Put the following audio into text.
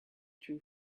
true